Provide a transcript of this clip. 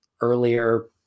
earlier